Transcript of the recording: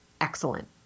excellent